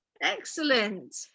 Excellent